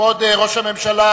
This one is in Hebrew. כבוד ראש הממשלה